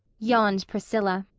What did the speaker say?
yawned priscilla.